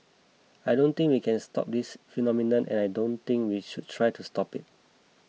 I don't think we can stop this phenomenon and I don't think we should try to stop it